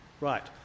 Right